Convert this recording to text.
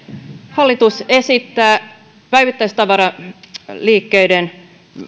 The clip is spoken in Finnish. hallitus esittää päivittäistavaraliikkeiden